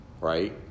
Right